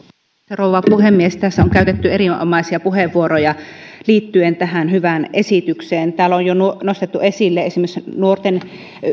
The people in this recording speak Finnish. rouva puhemies tässä on käytetty erinomaisia puheenvuoroja liittyen tähän hyvään esitykseen täällä on jo nostettu esille esimerkiksi nuorten